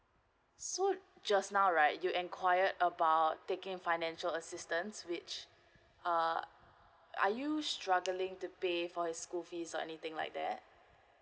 so just now right you enquired about taking financial assistance which uh are you struggling to pay for his school fees or anything like that